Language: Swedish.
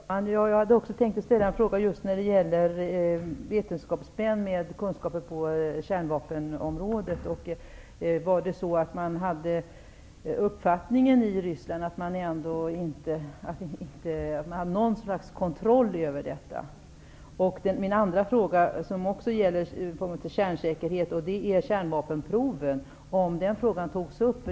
Fru talman! Jag hade också tänkt att ställa en fråga om vetenskapsmän med kunskaper på kärnvapenområdet. Hade man i Ryssland uppfattningen att man ändå inte hade något slags kontroll över detta? Jag vill också veta om frågan om kärnvapenproven togs upp?